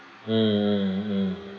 mm mm mm